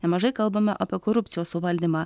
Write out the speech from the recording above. nemažai kalbame apie korupcijos suvaldymą